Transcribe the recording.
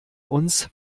uns